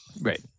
Right